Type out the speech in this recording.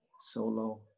solo